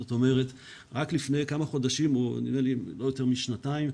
זאת אומרת, רק לפני כמה חודשים, לא יותר משנתיים,